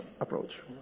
approach